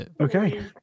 Okay